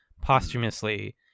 posthumously